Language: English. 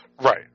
Right